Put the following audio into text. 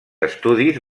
estudis